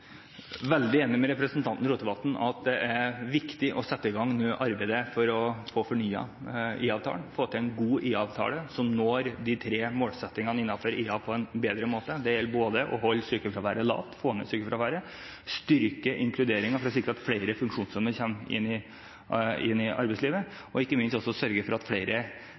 å få fornyet IA-avtalen – få til en god IA-avtale som når de tre målsettingene innenfor IA på en bedre måte. Det gjelder både det å holde sykefraværet lavt, få ned sykefraværet, styrke inkluderingen for å sikre at flere funksjonshemmede kommer inn i arbeidslivet, og ikke minst også sørge for at flere